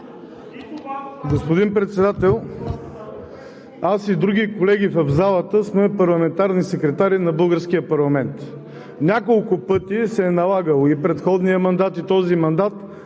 Господин Председател, аз и други колеги в залата сме парламентарни секретари на българския парламент. Няколко пъти се е налагало – и в предходния мандат, и в този, да